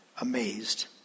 amazed